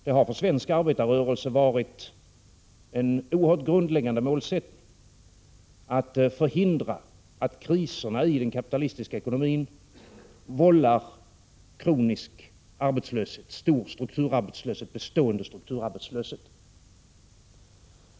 Det har för den svenska arbetarrörelsen varit en grundläggande målsättning att förhindra att kriser i den kapitalistiska ekonomin vållar stor och bestående strukturarbetslöshet.